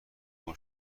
خشک